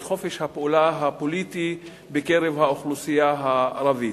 חופש הפעולה הפוליטי בקרב האוכלוסייה הערבית.